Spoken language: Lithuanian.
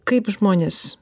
kaip žmonės